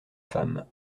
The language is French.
femmes